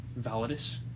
Validus